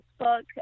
Facebook